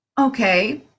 Okay